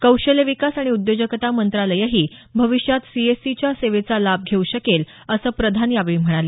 कौशल्य विकास आणि उद्योजकता मंत्रालयही भविष्यात सीएससीच्या सेवेचा लाभ घेऊ शकेल असं प्रधान यावेळी म्हणाले